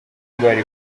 indwara